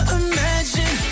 imagine